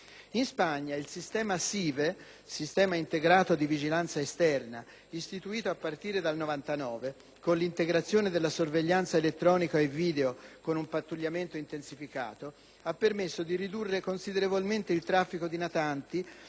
In Spagna il sistema SIVE (Sistema integrato di vigilanza esterna), istituito a partire dal 1999, con l'integrazione della sorveglianza elettronica e video con un pattugliamento intensificato, ha permesso di ridurre considerevolmente il traffico di natanti